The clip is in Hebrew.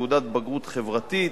תעודת בגרות חברתית,